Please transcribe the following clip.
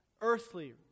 Earthly